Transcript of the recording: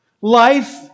Life